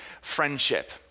friendship